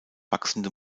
wachsende